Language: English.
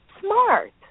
smart